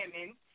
women